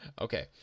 Okay